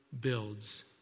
builds